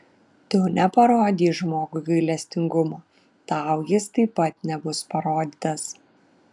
tu neparodei žmogui gailestingumo tau jis taip pat nebus parodytas